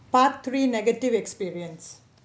part three negative experience ya